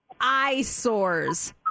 eyesores